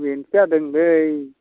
बेनथ' जादोंलै